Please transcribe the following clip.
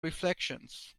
reflections